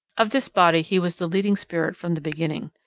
of this body he was the leading spirit from the beginning.